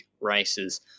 races